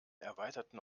erweiterten